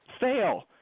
fail